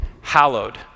hallowed